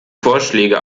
vorschläge